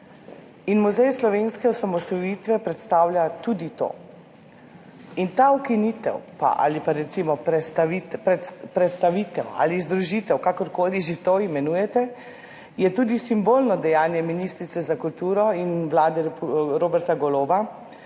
in Muzej slovenske osamosvojitve predstavlja tudi to. Ta ukinitev ali pa recimo prestavitev ali združitev, kakorkoli že to imenujete, je tudi simbolno dejanje ministrice za kulturo in vlade Roberta Goloba,